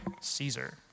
Caesar